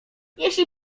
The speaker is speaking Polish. jeśli